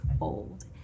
old